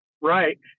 right